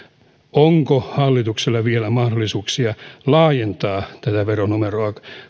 onko hallituksella vielä mahdollisuuksia laajentaa tätä veronumeroa